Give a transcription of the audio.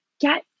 get